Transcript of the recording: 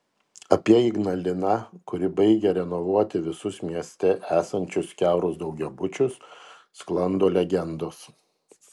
apie ignaliną kuri baigia renovuoti visus mieste esančius kiaurus daugiabučius sklando legendos